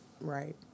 right